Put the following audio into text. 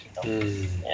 mm